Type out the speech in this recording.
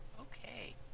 Okay